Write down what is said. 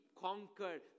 conquered